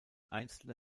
einzelne